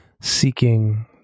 Seeking